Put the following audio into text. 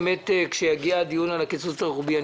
כשיגיע הדיון על הקיצוץ הרוחבי,